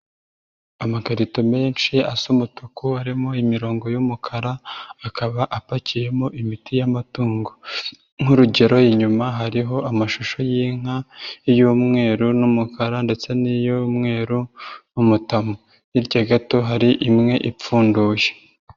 Amakarito menshi asa umutuku arimo imirongo y'umukara, akaba apakiyemo imiti y'amatungo nk'urugero inyuma hariho amashusho y'inka, iy'umweru n'umukara ndetse n'iy'umweru, umutamu. Hirya gato hari imwe ipfunduye.